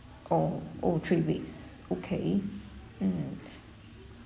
oh oh three weeks okay mm